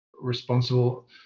responsible